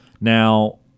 Now